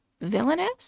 villainous